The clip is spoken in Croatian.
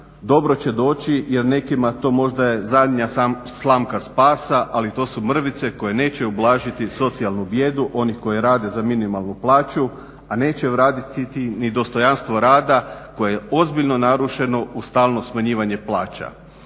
dobro će doći jer nekima to možda je zadnja slamka spasa, ali to su mrvice koje neće ublažiti socijalnu bijedu onih koji rade za minimalnu plaću, a neće vratiti ni dostojanstvo rada koje je ozbiljno narušeno uz stalno smanjivanje plaća.